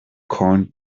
corned